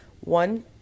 one